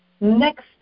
next